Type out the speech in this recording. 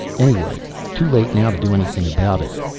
anyway too late now to do anything about it.